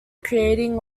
creating